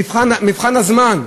מבחן הזמן,